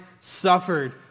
suffered